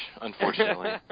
unfortunately